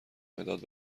مداد